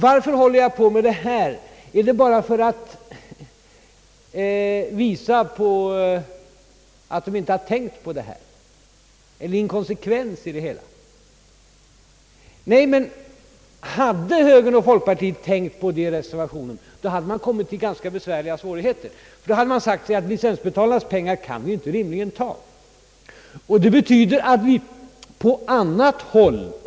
Varför håller han på med det här? är det bara för att visa på att de inte har tänkt på att det är en inkonsekvens i det hela? Nej, ty hade högern och folkpartiet tänkt på det, hade de kommit i ganska stora svårigheter. Då hade det nämligen tydligt framgått att man rimligen inte kunde ta licensbetalarnas pengar.